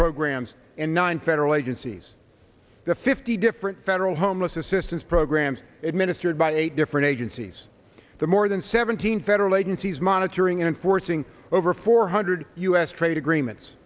programs and nine federal agencies the fifty different federal homeless assistance programs administered by eight different agencies the more than seventeen federal agencies monitoring and forcing over four hundred u s trade agreements